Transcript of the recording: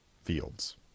fields